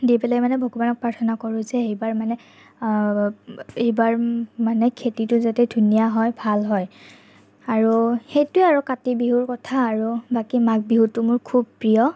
দি পেলাই মানে ভগৱানক প্ৰাৰ্থনা কৰোঁ যে এইবাৰ মানে এইবাৰ মানে খেতিটো যাতে ধুনীয়া হয় ভাল হয় আৰু সেইটোৱে আৰু কাতি বিহুৰ কথা আৰু বাকী মাঘ বিহুটো মোৰ খুব প্ৰিয়